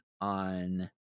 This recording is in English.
on